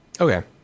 Okay